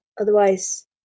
otherwise